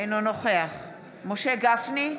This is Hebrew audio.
אינו נוכח משה גפני,